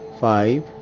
five